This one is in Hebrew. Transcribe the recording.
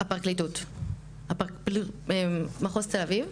הפרקליטות, מחוז תל אביב.